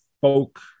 folk